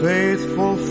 Faithful